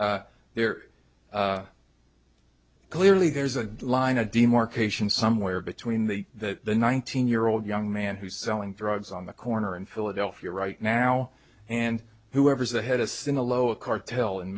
there clearly there's a line of demarcation somewhere between the that the nineteen year old young man who's selling drugs on the corner in philadelphia right now and whoever's ahead of us in a low a cartel in